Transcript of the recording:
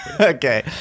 Okay